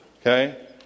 Okay